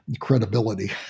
credibility